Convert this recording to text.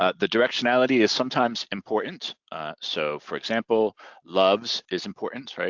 ah the directionality is sometimes important so for example loves is important.